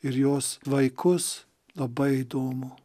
ir jos vaikus labai įdomu